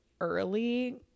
early